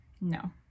no